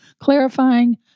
clarifying